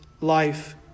life